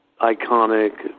iconic